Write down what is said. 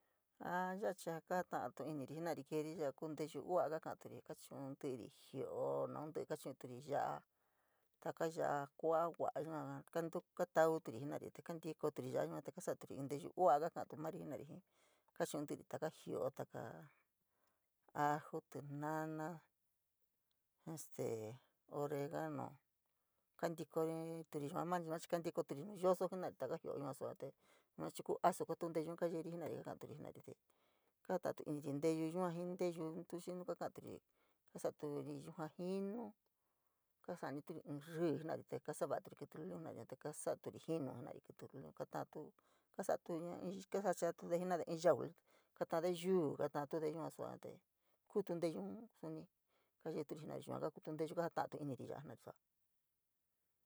Aa ya’a chii a kata’atu iniri jenari keeru ya’a kuu nteyu uu’a kakaturi, kachu’u ntiri jio’o naun ti’í kachu’unturi ya’a, taka ya’a kua’a va’a yua kantu káá tauri jinari te kantikoturi ya’a yua te kaa sa’aturi in teyuu uua kakatu mari jena’ari jii kaa churi taka jio’o, takaa aja, taka tínana jii este oregano, kantikoturi yua mani yua chii kantikori nuu yoso jenari taka jio yua sua te kuu esu kuutu nteyun kayeri jenari, kakaturi jena’ari te kaa jaa ta’aturi, kasaturi yuja jii nu, kaa ja’aniri ín ríí jenari te kasava’aturi kítí luliun jenari te, kasaturi jinu jenari kití luliun, kasa’atuña in, kajachatude jenade in yau, kaa taade yuu, katantude yuate, kuutu nteyun suni kayeturi jenari yua kuutu nteyu kajata’atí iniri jena’ari sua’a.